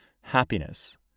happiness